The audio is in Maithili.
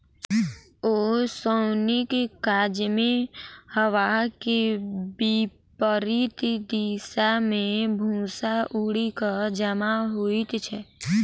ओसौनीक काजमे हवाक विपरित दिशा मे भूस्सा उड़ि क जमा होइत छै